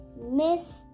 Miss